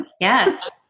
Yes